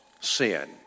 sin